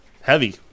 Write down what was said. Heavy